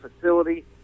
facility